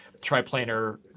triplanar